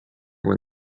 when